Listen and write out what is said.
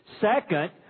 Second